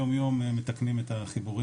יום יום מתקנים את החיבורים.